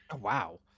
Wow